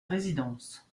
résidence